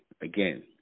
again